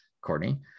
Courtney